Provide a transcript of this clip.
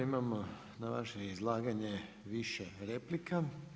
Imamo na vaše izlaganje više replika.